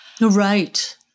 Right